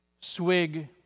swig